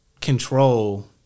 control